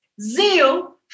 zeal